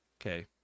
okay